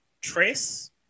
Trace